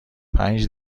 پنج